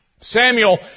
Samuel